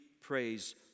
praise